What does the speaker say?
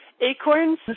acorns